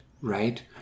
right